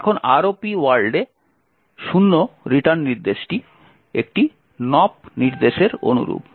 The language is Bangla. এখন আরওপি ওয়ার্ল্ডে রিটার্ন নির্দেশটি একটি nop নির্দেশের অনুরূপ